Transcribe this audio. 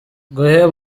guheba